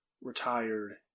retired